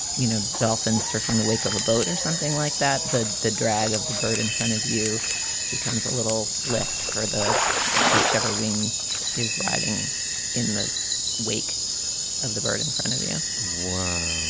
you know, dolphin surfing, the wake of a boat or something like that. the the drag of the bird in front of you becomes a little left for the whichever wing is riding in the wake of the bird in front of you. wow.